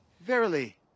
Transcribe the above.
Verily